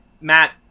Matt